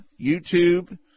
YouTube